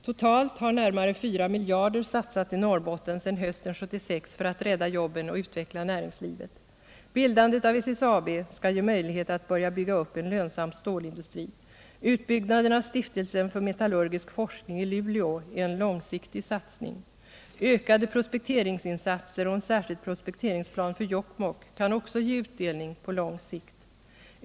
Totalt har närmare 4 miljarder satsats i Norrbotten sedan hösten 1976 för att rädda jobben och utveckla näringslivet. Bildandet av SSAB skall ge möjlighet att börja bygga upp en lönsam stålindustri. Utbyggnaden av stiftelsen för metallurgisk forskning i Luleå är en långsiktig satsning. Ökade prospekteringsinsatser och en särskild prospekteringsplan för Jokkmokk kan också ge utdelning på lång sikt.